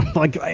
like,